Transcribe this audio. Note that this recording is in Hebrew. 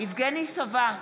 יבגני סובה,